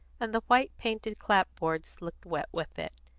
and the white-painted clapboards looked wet with it.